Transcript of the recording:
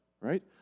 right